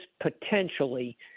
potentially